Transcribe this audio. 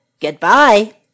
Goodbye